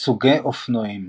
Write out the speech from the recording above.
סוגי אופנועים